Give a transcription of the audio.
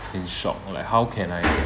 in shock like how can I